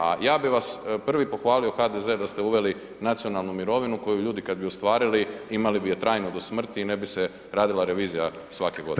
A ja bi vas prvi pohvalio HDZ da ste uveli nacionalnu mirovinu koju ljudi kad bi ostvarili imali bi je trajno do smrti i ne bi se radila revizija svake godine.